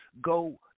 go